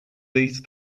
these